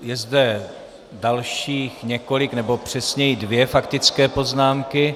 Je zde dalších několik, nebo přesněji dvě faktické poznámky.